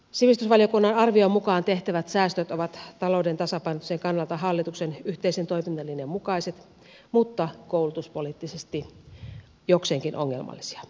sivistysvaliokunnan arvion mukaan tehtävät säästöt ovat talouden tasapainottamisen kannalta hallituksen yhteisen toimintalinjan mukaiset mutta koulutuspoliittisesti jokseenkin ongelmallisia